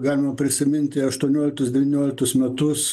galima prisiminti aštuonioliktus devynioliktus metus